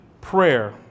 prayer